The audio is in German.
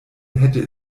hätte